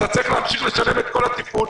אתה צריך להמשיך לשלם את התפעול,